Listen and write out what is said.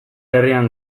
herrian